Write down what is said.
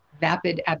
vapid